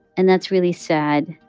and that's really sad.